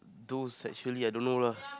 those actually I don't know lah